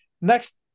next